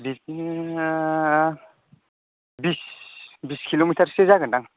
डिस्टेना बिस बिस किल' मिटारसो जागोनदां